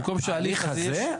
במקום שההליך --- הליך הזה?